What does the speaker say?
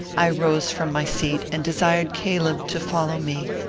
i rose from my seat, and desired caleb to follow me.